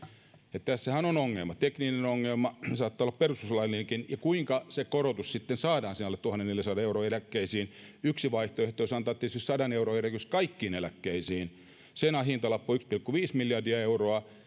että tässähän on ongelma tekninen ongelma ja saattaa olla perustuslaillinenkin kuinka se korotus sitten saadaan alle tuhannenneljänsadan euron eläkkeisiin yksi vaihtoehto olisi tietysti antaa sadan euron korotus kaikkiin eläkkeisiin sen hintalappu on yksi pilkku viisi miljardia euroa